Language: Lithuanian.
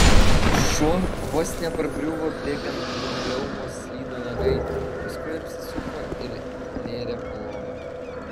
šuo vos nepargriuvo bėgant linoleumu slydo nagai paskui apsisuko ir nėrė po lova